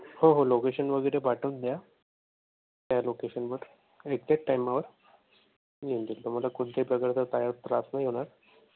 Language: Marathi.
हो हो लोकेशन वगैरे पाठवून द्या त्या लोकेशनवर एक्झॅक्ट टायमावर येऊन जाईल तुम्हाला कोणत्याही प्रकारचा काय त्रास नाही होणार